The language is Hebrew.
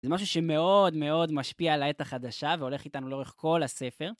זה משהו שמאוד מאוד משפיע על העת החדשה והולך איתנו לכל הספר.